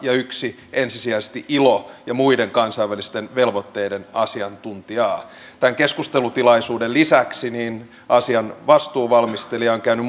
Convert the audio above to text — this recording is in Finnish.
ja yksi ensisijaisesti ilo ja muiden kansainvälisten velvoitteiden asiantuntija tämän keskustelutilaisuuden lisäksi asian vastuuvalmistelija on käynyt